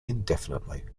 indefinitely